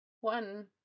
One